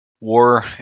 war